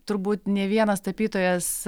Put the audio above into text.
turbūt nė vienas tapytojas